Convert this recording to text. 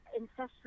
ancestral